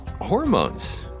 Hormones